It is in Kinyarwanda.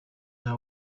nta